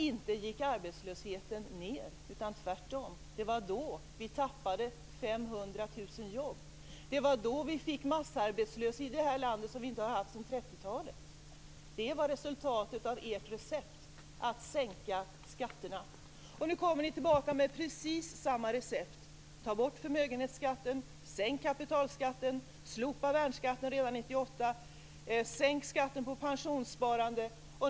Inte gick arbetslösheten ned. Tvärtom var de då vi tappade 500 000 jobb. Det var då vi fick en massarbetslöshet i det här landet som vi inte har haft sedan 30-talet. Det var resultatet av ert recept att sänka skatterna, och nu kommer ni tillbaka med precis samma recept: Ta bort förmögenhetsskatten, sänk kapitalskatten, slopa värnskatten redan 1998 och sänkt skatten på pensionssparande.